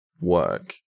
work